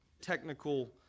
technical